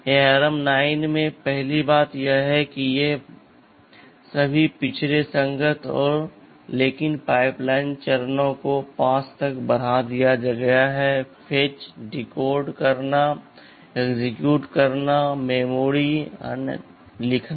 ARM 9 में पहली बात यह है कि ये सभी पिछड़े संगत हैं लेकिन पाइपलाइन चरणों को 5 तक बढ़ा दिया गया है फेच डीकोड करना एक्सेक्यूट करना मेमोरी लिखना